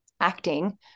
acting